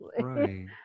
right